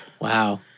Wow